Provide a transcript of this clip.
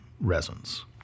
resins